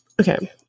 okay